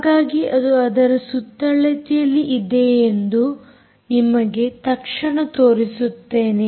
ಹಾಗಾಗಿ ಅದು ಅದರ ಸುತ್ತಳತೆಯಲ್ಲಿ ಇದೆ ಎಂದು ನಿಮಗೆ ತಕ್ಷಣ ತೋರಿಸುತ್ತೇನೆ